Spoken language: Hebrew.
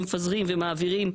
מפזרים ומעבירים,